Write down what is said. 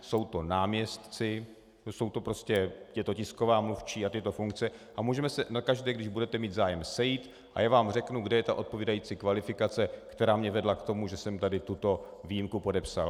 Jsou to náměstci, je to tisková mluvčí a tyto funkce a můžeme se na každé, když budete mít zájem, sejít a já vám řeknu, kde je ta odpovídající kvalifikace, která mě vedla k tomu, že jsem tuto výjimku podepsal.